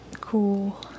cool